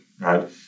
right